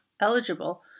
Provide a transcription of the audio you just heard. eligible